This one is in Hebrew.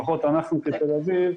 לפחות אנחנו כתל אביב.